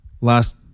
last